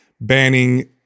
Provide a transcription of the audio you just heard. banning